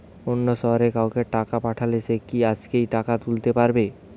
অন্য শহরের কাউকে টাকা পাঠালে সে কি আজকেই টাকা তুলতে পারবে?